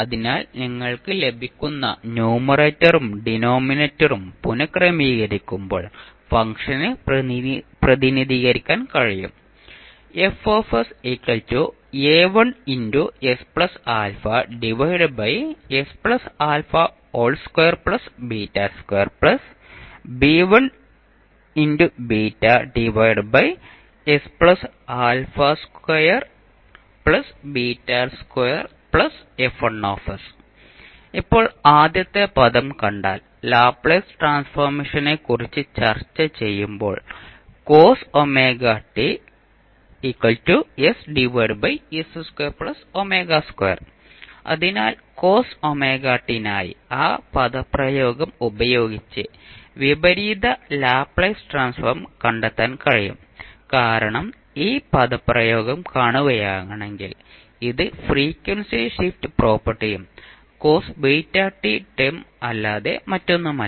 അതിനാൽ നിങ്ങൾക്ക് ലഭിക്കുന്ന ന്യൂമറേറ്ററും ഡിനോമിനേറ്ററും പുനക്രമീകരിക്കുമ്പോൾ ഫംഗ്ഷനെ പ്രതിനിധീകരിക്കാൻ കഴിയും ഇപ്പോൾ ആദ്യത്തെ പദം കണ്ടാൽ ലാപ്ലേസ് ട്രാൻസ്ഫോർമേഷനെക്കുറിച്ച് ചർച്ചചെയ്യുമ്പോൾ അതിനാൽ നായി ആ പദപ്രയോഗം ഉപയോഗിച്ച് വിപരീത ലാപ്ലേസ് ട്രാൻസ്ഫോം കണ്ടെത്താൻ കഴിയും കാരണം ഈ പദപ്രയോഗം കാണുകയാണെങ്കിൽ ഇത് ഫ്രീക്വൻസി ഷിഫ്റ്റ് പ്രോപ്പർട്ടിയും ടേം അല്ലാതെ മറ്റൊന്നുമല്ല